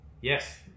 Yes